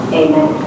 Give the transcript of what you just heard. amen